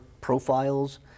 profiles